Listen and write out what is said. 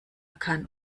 kann